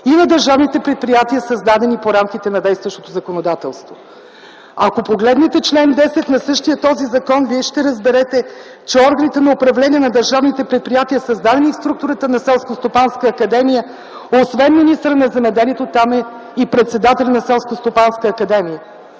и на държавните предприятия, създадени по рамките на действащото законодателство. Ако погледнете чл. 10 на същия този закон вие ще разберете, че органите на управление на държавните предприятия създадени в структурата на Селскостопанска академия, освен министъра на земеделието там е и председателят на